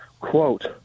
quote